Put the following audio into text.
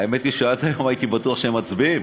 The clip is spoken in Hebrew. האמת היא שעד היום הייתי בטוח שהם מצביעים,